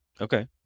Okay